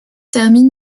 termine